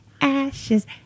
ashes